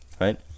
right